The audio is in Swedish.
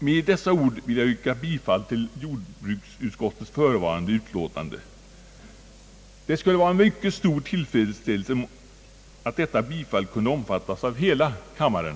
Med dessa ord vill jag yrka bifall till jordbruksutskottets förevarande utlåtande. Det skulle vara en mycket stor tillfredsställelse för mig om detta bifall kunde omfattas av hela kammaren.